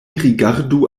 rigardu